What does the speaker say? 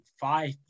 five